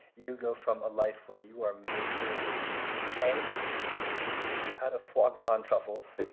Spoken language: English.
you go from a life where you are making eggs out of foie gras and truffles